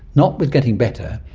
not with getting better,